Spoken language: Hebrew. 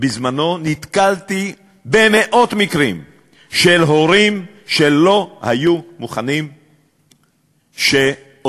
בזמנו נתקלתי במאות מקרים של הורים שלא היו מוכנים שאותם